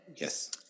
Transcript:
Yes